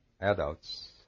adults